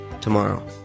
tomorrow